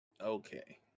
Okay